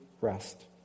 rest